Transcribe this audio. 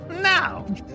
Now